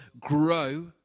grow